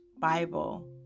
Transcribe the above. bible